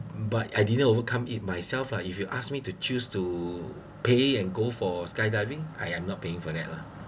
but I didn't overcome it myself lah if you ask me to choose to pay and go for skydiving I am not paying for that lah